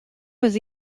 was